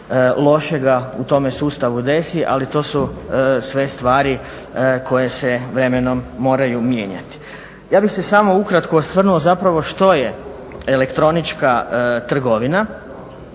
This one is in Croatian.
lošega u tome sustavu desi ali to su sve stvari koje se vremenom moraju mijenjati. Ja bih se samo ukratko osvrnuo zapravo što je elektronička trgovina